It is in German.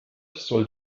soll